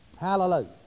Hallelujah